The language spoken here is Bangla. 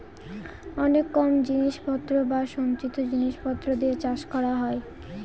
অনেক কম জিনিস পত্র বা সঞ্চিত জিনিস পত্র দিয়ে চাষ করা হয়